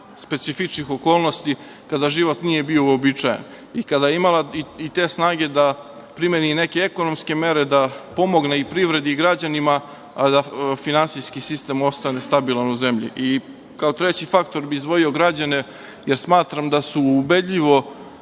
specifičnih okolnosti kada život nije bio uobičajen i kada je imala i te snage da primeni neke ekonomske mere, da pomogne privredi i građanima, a da finansijski sistem ostane stabilan u zemlji. Kao treći faktor bih izdvojio građane, jer smatram da su ubedljivo